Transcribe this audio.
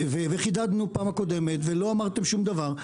וחידדנו בפעם הקודמת ולא אמרתם שום דבר,